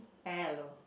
hello